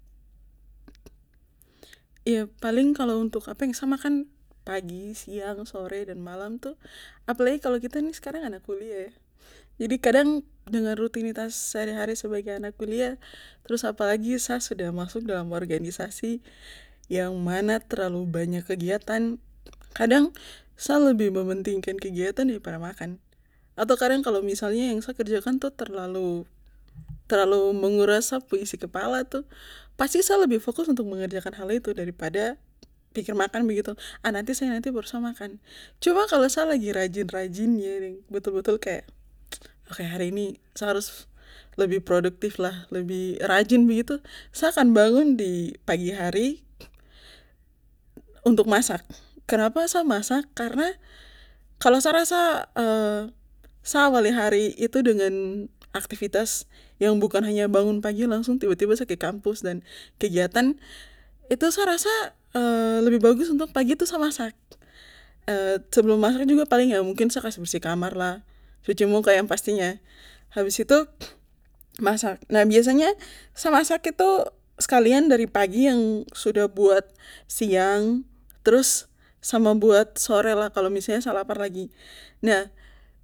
paling untuk apa yang sa makan pagi siang sore dan malam tuh apalagi kalo kita sekarang nih anak kuliah jadi kadang dengan rutinitas sehari hari sebagai anak kuliah trus apalagi sa sudah masuk dalam organisasi yang mana terlalu banyak kegiatan kadang sa lebih mementingkan kegiatan daripada makan atau kadang kalo misalnya yang sa kerjakan terlalu menguras sa pu isi kepala tuh pasti sa lebih fokus mengerjakan hal itu dari pada makan ah nanti saja nanti saja baru sa makan cuma kalo sa lagi rajin rajinnya betul betul kaya hari ini sa harus lebih produktif begitu lebih rajin sa akan bangun di hari untuk masak kenapa masak karna kalo sa rasa sa awali hari itu dengan aktivitas yang bukan hanya bangun pagi langsung tiba tiba sa ke kampus dan kegiatan itu sa rasa lebih bagus pagi tuh sa masak sebelum paling sa kas bersih kamarlah cuci muka yang pastinya habis itu masak nah biasanya sa masak itu sekalian dari pagi sudah buat siang sama buat sorelah